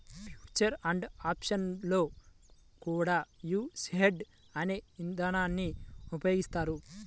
future and options లో కూడా యీ హెడ్జ్ అనే ఇదానాన్ని ఉపయోగిత్తారు